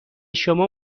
شما